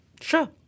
Sure